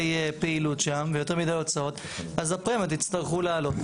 פעילות שם ויותר מדי הוצאות אז הפרמיות יצטרכו לעלות.